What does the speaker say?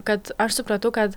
kad aš supratau kad